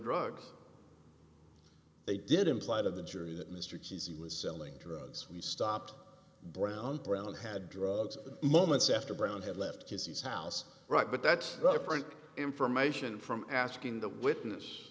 drugs they did implied of the jury that mr cheesey was selling drugs we stopped brown brown had drugs the moments after brown had left his house right but that's different information from asking the witness